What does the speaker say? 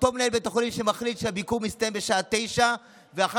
אותו מנהל בית חולים שמחליט שהביקור מסתיים בשעה 21:00 ואחר